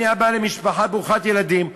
אני אבא למשפחה ברוכת ילדים,